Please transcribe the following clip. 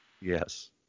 Yes